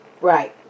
Right